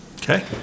Okay